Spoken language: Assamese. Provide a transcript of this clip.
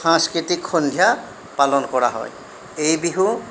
সাংস্কৃতিক সন্ধিয়া পালন কৰা হয় এই বিহু